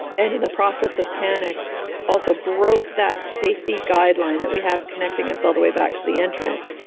and in the process of panic also broke that safety guide line that we have connecting us all the way back to the entrance.